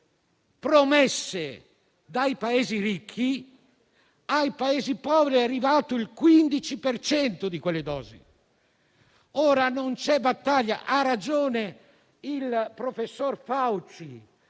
promesse dai Paesi ricchi ai Paesi poveri ne è arrivato il 15 per cento. Non c'è battaglia e ha ragione il professor Fauci: